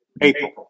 April